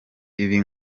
ibi